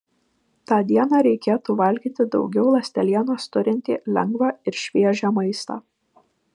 tą dieną reikėtų valgyti daugiau ląstelienos turintį lengvą ir šviežią maistą